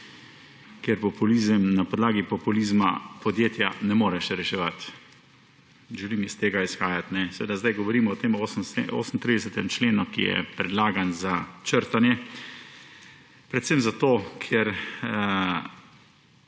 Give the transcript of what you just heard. kjer na podlagi populizma podjetja ne moreš reševati. Želim iz tega izhajati. Zdaj govorimo o tem 38. členu, ki je predlagan za črtanje. Predvsem zato, ker